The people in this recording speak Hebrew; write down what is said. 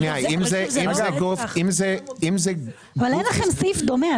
אין לכם סעיף דומה.